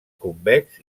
convex